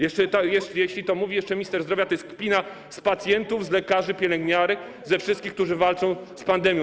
Jeśli to mówi jeszcze minister zdrowia, to jest kpina z pacjentów, z lekarzy, pielęgniarek, ze wszystkich, którzy walczą z pandemią.